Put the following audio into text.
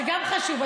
זה גם חשוב,